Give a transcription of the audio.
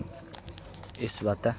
इस बास्तै